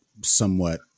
somewhat